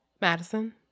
Madison